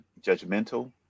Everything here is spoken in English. judgmental